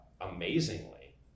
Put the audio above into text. amazingly